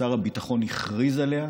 שר הביטחון הכריז עליה,